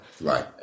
Right